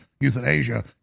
euthanasia